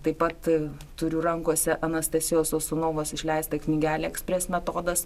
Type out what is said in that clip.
taip pat turiu rankose anastasijos sosunovas išleistą knygelę ekspres metodas